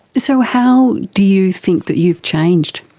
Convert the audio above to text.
so how do you think that you've changed?